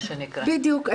בדיוק.